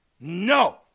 No